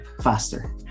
faster